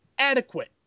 Adequate